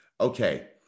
okay